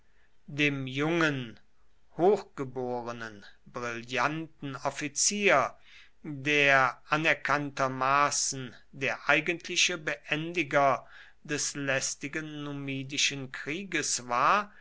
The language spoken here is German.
dem jungen hochgeborenen brillanten offizier der anerkanntermaßen der eigentliche beendiger des lästigen numidischen krieges war